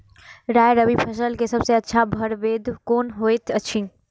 राय रबि फसल के सबसे अच्छा परभेद कोन होयत अछि?